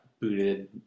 booted